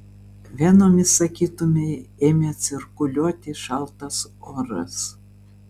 venomis sakytumei ėmė cirkuliuoti šaltas oras